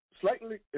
slightly